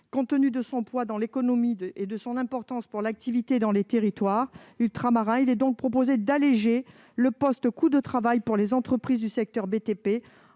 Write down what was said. Compte tenu de son poids dans l'économie et de son importance pour l'activité dans les territoires ultramarins, il est proposé d'alléger le poste coût du travail pour les entreprises du secteur du